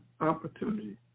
opportunity